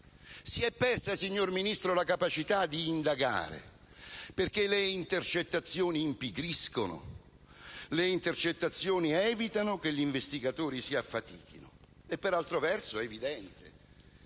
Si è persa, signor Ministro, la capacità di indagare, perché le intercettazioni impigriscono; evitano che gli investigatori si affatichino. In secondo luogo, è evidente